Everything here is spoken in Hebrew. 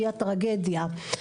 היא טרגדיה.